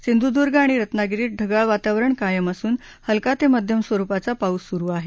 सिंधुर्वर्ग आणि रत्नागिरीत ढगाळ वातावरण कायम असून हलका ते मध्यम स्वरुपाचा पाऊस सुरु आहे